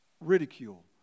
ridicule